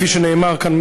כפי שנאמר כאן,